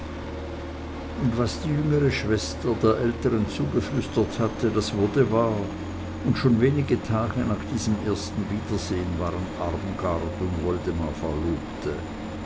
und was die jüngere schwester der älteren zugeflüstert hatte das wurde wahr und schon wenige tage nach diesem ersten wiedersehn waren armgard und woldemar verlobte